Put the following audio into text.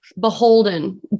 beholden